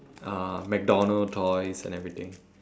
uh mcdonald toys and everything